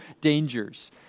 dangers